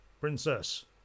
princess